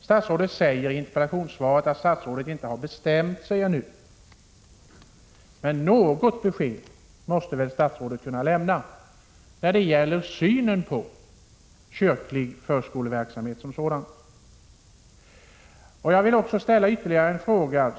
Statsrådet säger i interpellationssvaret att han inte har bestämt sig än, men något besked måste väl statsrådet kunna lämna när det gäller synen på kyrklig förskoleverksamhet som sådan. Jag vill ställa ytterligare en fråga.